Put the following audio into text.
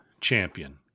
champion